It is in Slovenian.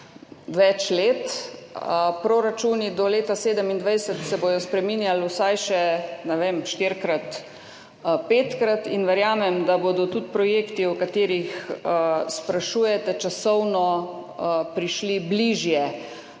več let. Proračuni do leta 2027 se bodo spreminjali vsaj še, ne vem, štirikrat, petkrat. Verjamem, da bodo tudi projekti, o katerih sprašujete, časovno prišli bližje,